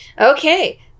Okay